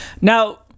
Now